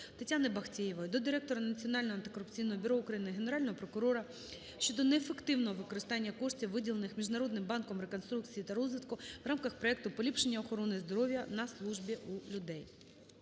Тетяни Бахтеєвої до директора Національного антикорупційного бюро України, Генерального прокурора щодо неефективного використання коштів виділених Міжнародним банком реконструкції та розвитку в рамках проекту "Поліпшення охорони здоров'я на службі у людей".